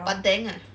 but then ah